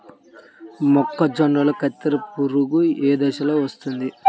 మొక్కజొన్నలో కత్తెర పురుగు ఏ దశలో వస్తుంది?